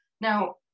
Now